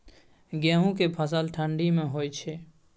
गेहूं के फसल ठंडी मे होय छै?